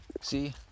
see